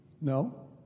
No